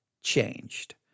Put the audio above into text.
changed